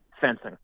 fencing